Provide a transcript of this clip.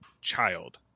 child